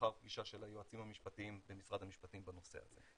מחר יש פגישה של היועצים המשפטיים במשרד המשפטים בנושא הזה.